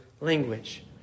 language